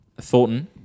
Thornton